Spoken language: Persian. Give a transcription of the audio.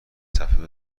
صفحه